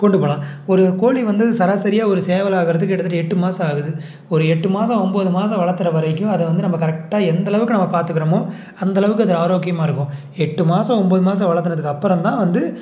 கொண்டு போகலாம் ஒரு கோழி வந்து சராசரியாக ஒரு சேவலாகிறதுக்கு கிட்டத்தட்ட எட்டு மாதம் ஆகுது ஒரு எட்டு மாதம் ஒம்போது மாதம் வளர்த்துற வரைக்கும் அதை வந்து நம்ம கரெக்டாக எந்தளவுக்கு நம்ம பாத்துக்கிறோமோ அந்தளவுக்கு அது ஆரோக்கியமாக இருக்கும் எட்டு மாதம் ஒம்போது மாதம் வளர்த்துனதுக்கப்புறந்தான் வந்து